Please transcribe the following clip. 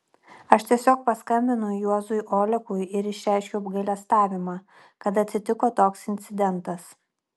aš tiesiog paskambinau juozui olekui ir išreiškiau apgailestavimą kad atsitiko toks incidentas